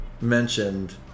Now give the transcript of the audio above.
mentioned